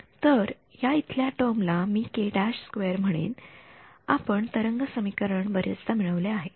तर या इथल्या टर्म ला मी म्हणेन आपण तरंग समीकरण बरेचदा मिळवले आहे